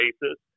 basis